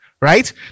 right